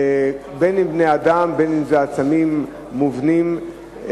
בין בני-אדם בין עצמים מובנים.